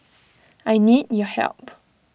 I need your help